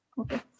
Okay